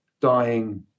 dying